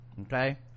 okay